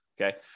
okay